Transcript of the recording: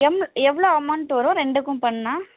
M எவ்வளோ amount வரும் ரெண்டுக்கும் பண்ணிணா